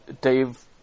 Dave